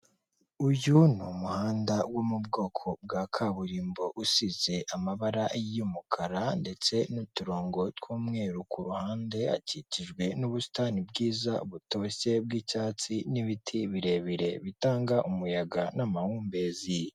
Uyu ni umuhanda wo mu bwoko bwa kaburimbo usize amabara y'umukara ndetse n'uturongo tw'umweru ku ruhande, akikijwe n'ubusitani bwiza butoshye bw'icyatsi n'ibiti birebire bitanga umuyaga n'amahumbezi.